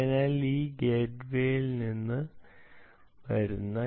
അതിനാൽ ഇത് ഗേറ്റ്വേയിൽ നിന്ന് വരുന്നു